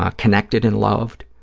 ah connected and loved,